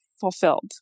fulfilled